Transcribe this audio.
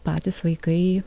patys vaikai